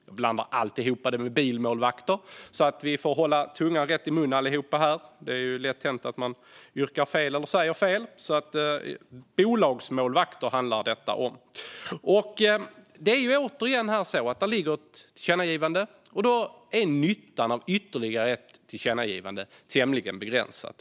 Jag blandar alltid ihop det med bilmålvakter, så vi får hålla tungan rätt i mun här, allihop - det är ju lätt hänt att man yrkar fel eller säger fel. Detta handlar alltså om bolagsmålvakter. Här är det återigen så att det redan finns ett tillkännagivande, och därmed är nyttan av ytterligare ett tillkännagivande tämligen begränsad.